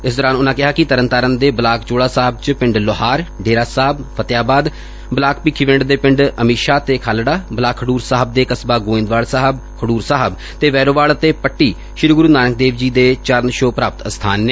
ਇਸ ਦੌਰਾਨ ਉਨ੍ਹਾਂ ਕਿਹਾ ਕਿ ਤਰਨਤਾਰਨ ਦੇ ਬਲਾਕ ਚੋਹਲਾ ਸਾਹਿਬ ਵਿਚ ਪਿੰਡ ਲੁਹਾਰ ਡੇਹਰਾ ਸਾਹਿਬ ਫਤਿਆਬਾਦ ਬਲਾਕ ਭਿਖੀਵਿੰਡ ਦੇ ਪਿੰਡ ਅਮੀਸ਼ਾਹ ਤੇ ਖਾਲੜਾ ਬਲਾਕ ਖਡੂਰ ਸਾਹਿਬ ਦੇ ਕਸਬਾ ਗੋਇੰਦਵਾਲ ਸਾਹਿਬ ਖਡੂਰ ਸਾਹਿਬ ਤੇ ਵੈਰੋਵਾਲ ਅਤੇ ਪੱਟੀ ਸ੍ਰੀ ਗੁਰੂ ਨਾਨਕ ਦੇਵ ਜੀ ਦੇ ਚਰਨ ਛੋਹ ਪ੍ਾਪਤ ਸਬਾਨ ਨੇ